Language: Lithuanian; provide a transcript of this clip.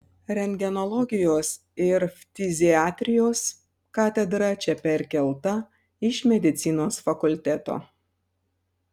rentgenologijos ir ftiziatrijos katedra čia perkelta iš medicinos fakulteto